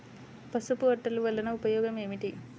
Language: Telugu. పసుపు అట్టలు వలన ఉపయోగం ఏమిటి?